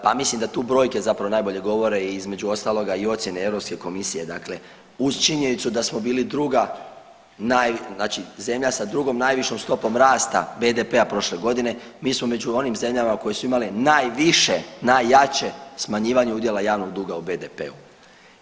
Pa mislim da tu brojke zapravo najbolje govore i između ostaloga i ocjene Europske komisije, dakle uz činjenicu da smo bili druga naj, znači zemlja sa drugom najvišom stopom rasta BDP-a prošle godine mi smo među onim zemljama koje su imale najviše, najjače smanjivanje udjela javnog duga u BDP-u.